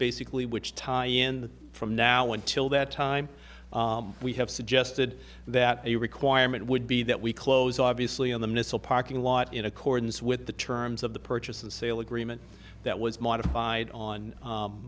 basically which tie in from now until that time we have suggested that a requirement would be that we close obviously on the missile parking lot in accordance with the terms of the purchase and sale agreement that was modified on